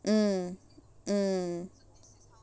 mm mm